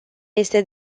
este